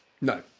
no